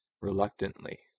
reluctantly